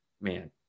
man